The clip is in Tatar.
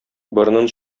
борынын